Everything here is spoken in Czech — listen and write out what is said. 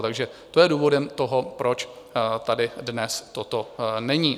Takže to je důvodem toho, proč tady dnes toto není.